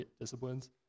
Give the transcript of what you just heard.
disciplines